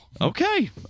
Okay